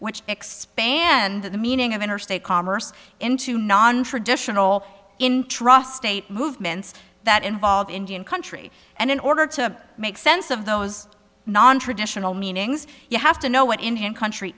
which expand the meaning of interstate commerce into nontraditional intrust state movements that involve indian country and in order to make sense of those nontraditional meanings you have to know what indian country